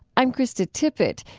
i'm krista tippett,